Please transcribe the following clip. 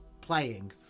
playing